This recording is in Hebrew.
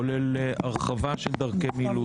כולל הרחבה של דרכי מילוט.